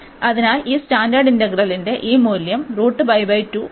അതിനാൽ ഈ സ്റ്റാൻഡേർഡ് ഇന്റഗ്രലിന്റെ ഈ മൂല്യം ആണ്